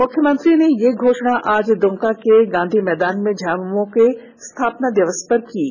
मुख्यमंत्री ने यह घोषणा आज दुमका के गांधी मैदान में झामुमो के स्थापना दिवस पर की है